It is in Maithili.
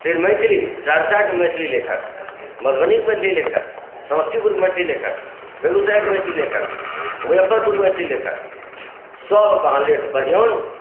मैथिली सहरसाके मैथिली लेखक मधुबनीके मैथिली लेखक समस्तीपुरके मैथिली लेखक बेगुसरायके मैथिली लेखक मुजफ्फरपुरके मैथिली लेखक सबके अहाँ लेख पढ़िऔन